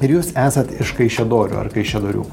ir jūs esat iš kaišiadorių ar kaišiadorių